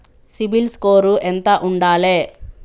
CIBIL score ఎంత ఉండాలే?